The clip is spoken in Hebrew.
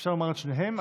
אפשר לומר את שניהם,